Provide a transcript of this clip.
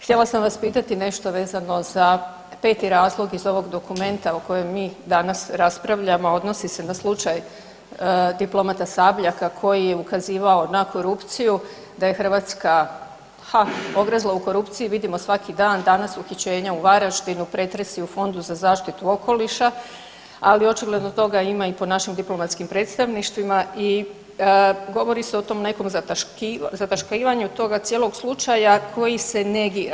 Htjela sam vas pitati nešto vezano za peti razlog iz ovog dokumenta o kojem mi danas raspravljamo, odnosi se na slučaj diplomata Sabljaka koji je ukazivao na korupciju da je Hrvatska, haa ogrezla u korupciji vidimo svaki dan, danas uhićenja u Varaždinu, pretresi u Fondu za zaštitu okoliša, ali očigledno toga ima i po našim diplomatskim predstavništvima i govori se o tom nekom zataškivanju toga cijelog slučaja koji se negira.